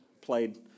played